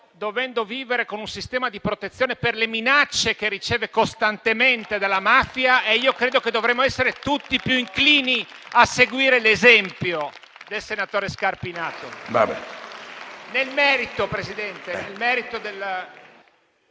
dovendo vivere con un sistema di protezione per le minacce che riceve costantemente dalla mafia. E io credo che dovremmo essere tutti più inclini a seguire l'esempio del senatore Scarpinato.